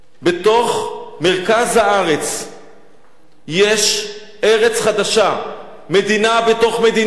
בתוך מרכז הארץ יש ארץ חדשה, מדינה בתוך מדינה.